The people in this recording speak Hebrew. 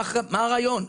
מה הרעיון?